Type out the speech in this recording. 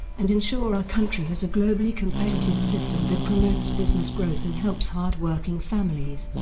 and ensure our country has a globally competitive system that promotes business growth and helps hardworking families.